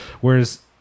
Whereas